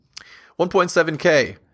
1.7k